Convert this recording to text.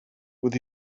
with